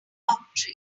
octree